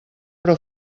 però